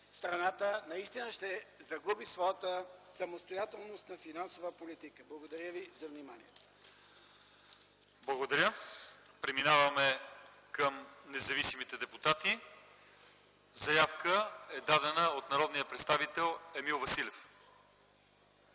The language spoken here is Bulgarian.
страната наистина ще загуби своята самостоятелност на финансова политика. Благодаря Ви за вниманието. ПРЕДСЕДАТЕЛ ЛЪЧЕЗАР ИВАНОВ: Благодаря. Преминаваме към независимите депутати. Заявка е дадена от народния представител Емил Василев.